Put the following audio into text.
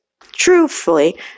truthfully